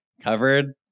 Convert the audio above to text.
covered